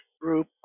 group